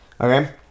Okay